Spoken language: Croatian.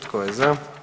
Tko je za?